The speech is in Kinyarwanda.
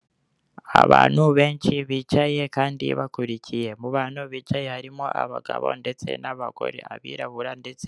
Isoko rinini. Hakaba harimo ibicuruzwa bigiye bitandukanye bibitswe mu tubati. Bimwe muri ibyo bicuruzwa harimo imiti y'ibirahure y'ubwoko butandukanye; ndetse